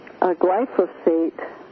glyphosate